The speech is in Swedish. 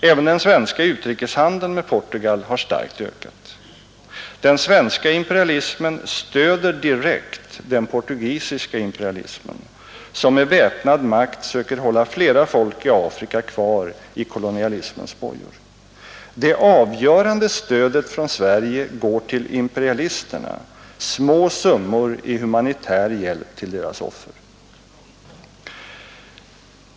Även den svenska utrikeshandeln med Portugal har starkt ökat. Den svenska imperialismen stöder direkt den portugisiska imperialismen, som med väpnad makt söker hålla flera folk i Afrika kvar i kolonialismens bojor. Det avgörande stödet från Sverige går till imperialisterna, små summor i humanitär hjälp till deras offer.